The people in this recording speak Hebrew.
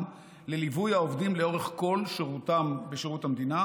לליווי העובדים לאורך כל שירותם בשירות המדינה,